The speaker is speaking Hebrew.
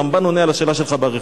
הרמב"ן עונה על השאלה שלך באריכות.